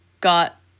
got